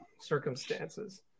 circumstances